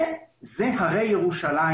ואלה הרי ירושלים.